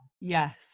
Yes